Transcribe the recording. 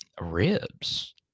Ribs